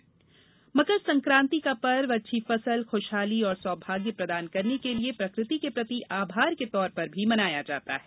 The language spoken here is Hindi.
यह त्यौहार अच्छी फसल खूशहाली और सौभाग्य प्रदान करने के लिए प्रकृति के प्रति आभार के तौर पर भी मनाया जाता है